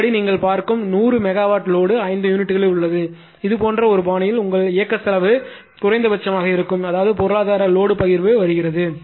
அதன் படி நீங்கள் பார்க்கும் 100 மெகாவாட் லோடு 5 யூனிட்களில் உள்ளது இது போன்ற ஒரு பாணியில் உங்கள் இயக்க செலவு குறைந்தபட்ச இருக்கும் அதாவது பொருளாதார லோடுபகிர்வு வருகிறது